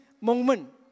moment